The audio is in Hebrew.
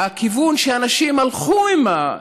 כיוון שאנשים הלכו איתו,